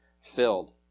filled